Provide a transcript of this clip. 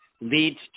leads